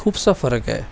खूपसा फरक आहे